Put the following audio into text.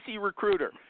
Recruiter